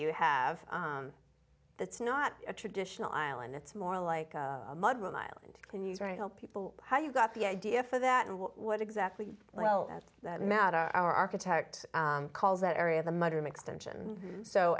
you have that's not a traditional island it's more like a mud room island and you try to help people how you got the idea for that and what exactly well that that matter architect calls that area of the modern extension so